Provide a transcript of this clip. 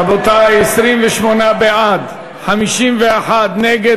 רבותי, 28 בעד, 51 נגד.